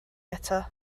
eto